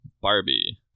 Barbie